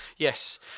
Yes